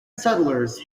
settlers